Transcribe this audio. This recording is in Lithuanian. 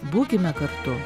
būkime kartu